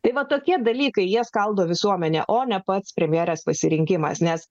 tai va tokie dalykai jie skaldo visuomenę o ne pats premjerės pasirinkimasnes